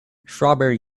strawberry